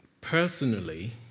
Personally